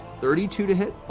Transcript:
thirty two to hit.